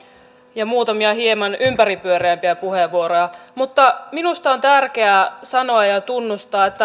ja muutamia hieman ympäripyöreämpiä puheenvuoroja mutta minusta on tärkeää sanoa ja ja tunnustaa että